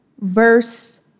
verse